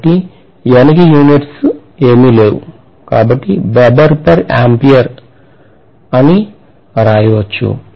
కాబట్టి N కి units ఏమీ లేవు కాబట్టి అని వస్తుంది